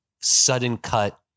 sudden-cut